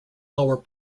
lower